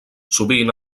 sovint